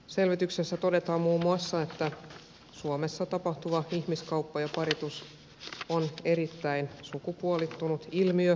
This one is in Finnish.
selvityksessä todetaan muun muassa että suomessa tapahtuva ihmiskauppa ja paritus on erittäin sukupuolittunut ilmiö